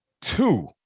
two